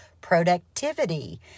productivity